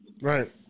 Right